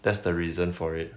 that's the reason for it